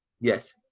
Yes